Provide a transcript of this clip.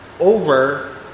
over